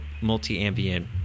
multi-ambient